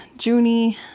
Junie